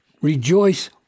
rejoice